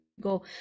go